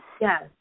yes